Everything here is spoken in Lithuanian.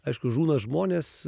aišku žūna žmonės